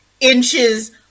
inches